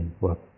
work